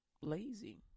lazy